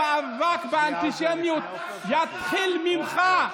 אתה גזען, המאבק באנטישמיות יתחיל ממך.